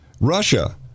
russia